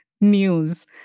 news